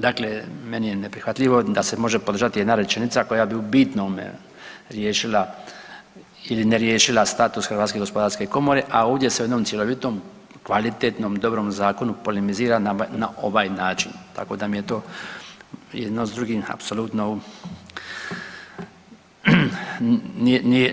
Dakle, meni je neprihvatljivo da se može podržati jedna rečenica koja bi u bitnome riješila ili ne riješila status HGK, a ovdje se u jednom cjelovitom, kvalitetnom, dobrom zakonu polemizira na ovaj način, tako da mi je to jedno s drugim apsolutno,